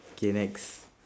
okay next